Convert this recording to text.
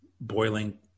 boiling